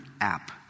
app